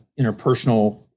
interpersonal